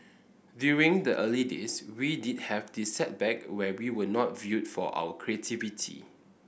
during the early days we did have this setback where we were not viewed for our creativity